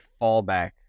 fallback